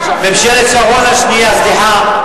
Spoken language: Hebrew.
ממשלת שרון השנייה, סליחה.